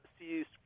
seized